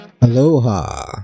Aloha